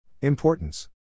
Importance